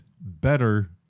better